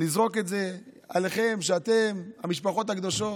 לזרוק את זה עליכם, המשפחות הקדושות,